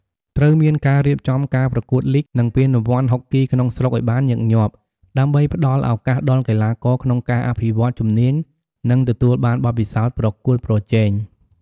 ត្រូវមានរៀបចំការប្រកួតលីគ និងពានរង្វាន់ហុកគីក្នុងស្រុកឱ្យបានញឹកញាប់ ដើម្បីផ្តល់ឱកាសដល់កីឡាករក្នុងការអភិវឌ្ឍជំនាញ និងទទួលបានបទពិសោធន៍ប្រកួតប្រជែង។